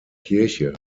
kirche